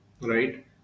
right